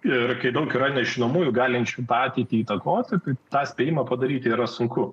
ir kai daug yra nežinomųjų galinčių tą ateitį įtakoti kaip tą spėjimą padaryti yra sunku